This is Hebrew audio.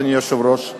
אדוני היושב-ראש,